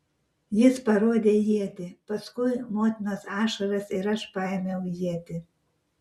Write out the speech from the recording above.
jis parodė ietį paskui motinos ašaras ir aš paėmiau ietį